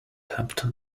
hampton